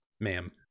ma'am